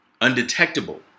undetectable